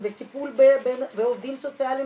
פונה לטובת עצמו,